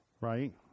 right